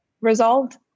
resolved